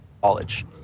college